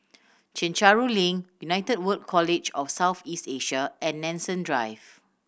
Chencharu Link United World College of South East Asia and Nanson Drive